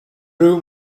room